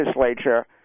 legislature